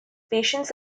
patients